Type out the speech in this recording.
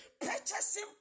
purchasing